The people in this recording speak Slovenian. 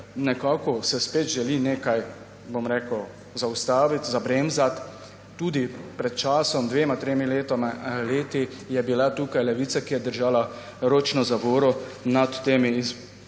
nekako se spet želi nekaj zaustaviti, zabremzati. Tudi pred časom, dvema, tremi leti je bila tukaj Levica, ki je držala ročno zavoro nad temi izboljšavami.